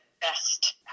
best